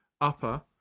Upper